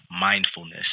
mindfulness